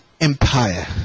Empire